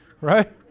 right